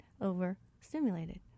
overstimulated